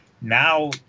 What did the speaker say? Now